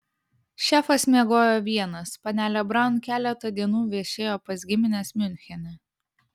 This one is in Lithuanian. šefas miegojo vienas panelė braun keletą dienų viešėjo pas gimines miunchene